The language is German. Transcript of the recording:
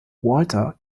walter